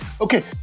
okay